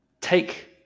take